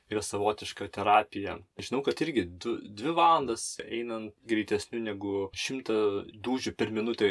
yra savotiška terapija žinau kad irgi du dvi valandas einan greitesniu negu šimtą dūžių per minutę